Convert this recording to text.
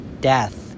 death